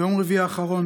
ביום רביעי האחרון,